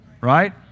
Right